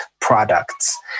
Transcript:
products